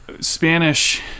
Spanish